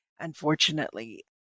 Unfortunately